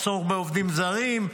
מחסור בעובדים זרים,